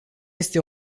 este